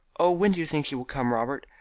oh, when do you think he will come, robert?